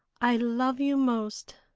i love you most.